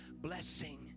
blessing